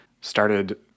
started